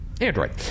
Android